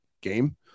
game